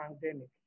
pandemic